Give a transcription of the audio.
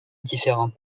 différents